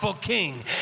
King